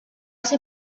ser